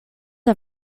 are